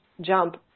jump